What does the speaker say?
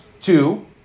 two